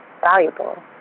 valuable